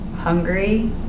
hungry